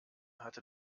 hatte